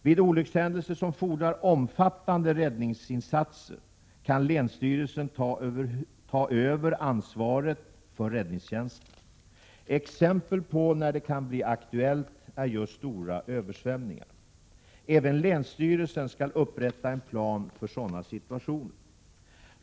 Vid olyckshändelser som fordrar omfattande räddningsinsatser kan länsstyrelsen ta över ansvaret för räddningstjänsten. Exempel på när det kan bli aktuellt är just stora översvämningar. Även länsstyrelsen skall upprätta en plan för sådana situationer.